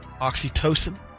oxytocin